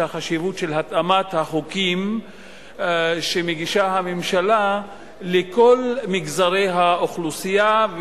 החשיבות של התאמת החוקים שמגישה הממשלה לכל מגזרי האוכלוסייה,